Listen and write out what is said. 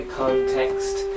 context